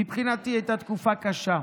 מבחינתי היא הייתה תקופה קשה.